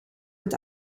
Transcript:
het